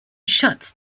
shuts